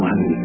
One